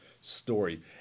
story